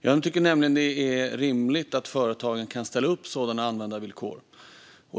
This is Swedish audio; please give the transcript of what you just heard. Jag tycker nämligen att det är rimligt att företagen kan ställa upp sådana användarvillkor.